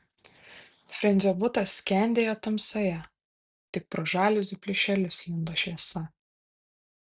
frensio butas skendėjo tamsoje tik pro žaliuzių plyšelius lindo šviesa